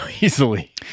easily